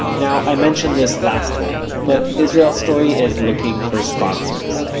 now, i mentioned this last time, but israel story is looking for sponsors.